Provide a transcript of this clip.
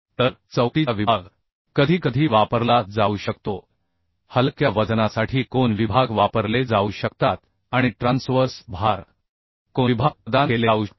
तर चौकटीचा विभाग कधीकधी वापरला जाऊ शकतो हलक्या वजनासाठी कोन विभाग वापरले जाऊ शकतात आणि ट्रान्सवर्स भार कोन विभाग प्रदान केले जाऊ शकतात